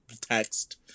text